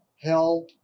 hell